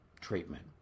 treatment